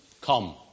come